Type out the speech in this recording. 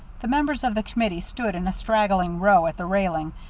the members of the committee stood in a straggling row at the railing,